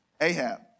Ahab